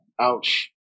Ouch